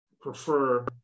prefer